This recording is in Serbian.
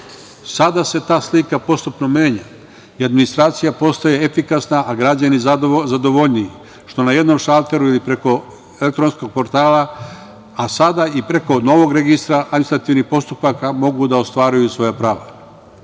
Sada se ta slika postupno menja i administracija postaje efikasna, a građani zadovoljniji što na jednom šalteru ili preko elektronskog portala, a sada i preko novog registra administrativnih postupaka mogu da ostvaruju svoja prava. Kako